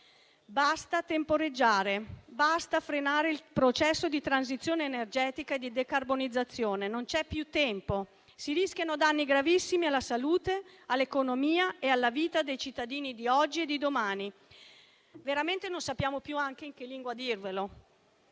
Basta temporeggiare. Basta frenare il processo di transizione energetica e di decarbonizzazione. Non c'è più tempo: si rischiano danni gravissimi alla salute, all'economia e alla vita dei cittadini di oggi e di domani. Veramente non sappiamo più in che lingua dirvelo.